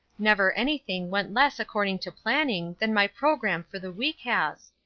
never anything went less according to planning than my programme for the week has.